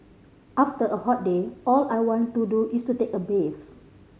after a hot day all I want to do is to take a bath